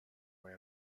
way